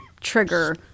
trigger